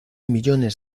millones